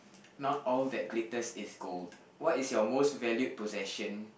not all that glitters is gold what is your most valued possession